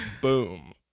Boom